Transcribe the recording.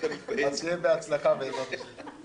אז שיהיה בהצלחה בעזרת השם.